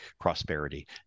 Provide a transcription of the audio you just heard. prosperity